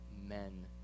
men